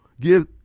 give